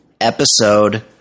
Episode